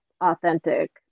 authentic